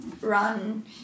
run